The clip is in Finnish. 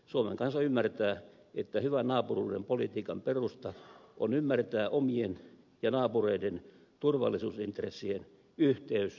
suomen kansa ymmärtää että hyvän naapuruuden politiikan perusta on ymmärtää omien ja naapureiden turvallisuusintressien yhteys